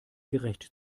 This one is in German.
gerecht